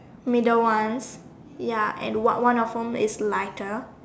middle one ya and one one of them is lighter